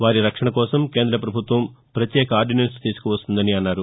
వారి రక్షణ కోసం కేంద్ర ప్రభుత్వం ప్రత్యేక ఆర్దినెన్స్ తీసుకువస్తుందని అన్నారు